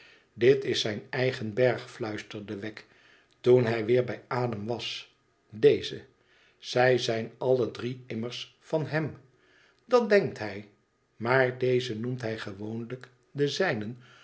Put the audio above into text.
dit is zijn eigen berg fluisterde wegg toen hij weer bij adem was deze zij zijn alle drie immers van hem dat denkt hij maar dezen noemt hij gewoonlijk den zijnen